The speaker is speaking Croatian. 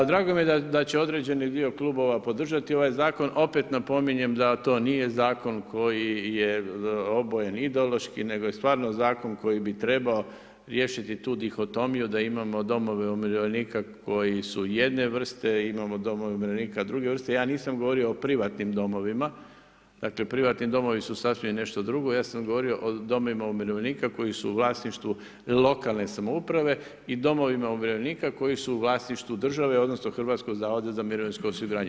Drago mi je da će određeni dio klubova podržati ovaj zakon, opet napominjem da to nije zakon koji je obojen ideološki nego je stvarno zakon koji bi trebao riješiti tu dihotomiju, da imamo domove umirovljenika koji su jedne vrste, imamo domove umirovljenika druge vrste, ja nisam govorio o privatnim domova, dakle privatni domovi su sasvim nešto drugo, ja sam govorio o domovima umirovljenika u vlasništvu lokalne samouprave i domovima umirovljenika koji su u vlasništvu države odnosno HZMO-a.